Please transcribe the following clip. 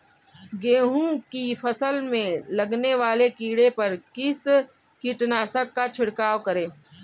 गेहूँ की फसल में लगने वाले कीड़े पर किस कीटनाशक का छिड़काव करें?